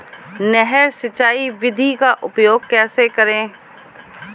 नहर सिंचाई विधि का उपयोग कैसे करें?